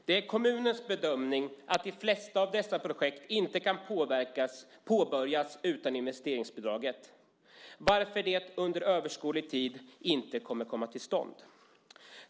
Det är kommunens bedömning att de flesta av dessa projekt inte kan påbörjas utan investeringsbidrag, varför de under överskådlig tid inte kommer till stånd."